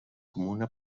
comuna